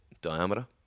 diameter